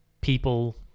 people